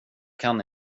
kan